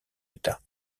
état